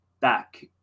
back